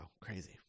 Crazy